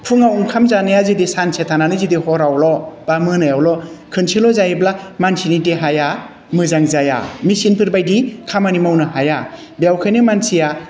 फुङाव ओंखाम जानाया जुदि सानसे थानानै जुदि हरावल' बा मोनायावल' खनसेल' जायोब्ला मानसिनि देहाया मोजां जाया मेसिनफोर बायदि खामानि मावनो हाया बेखायनो मानसिया